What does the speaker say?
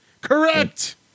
Correct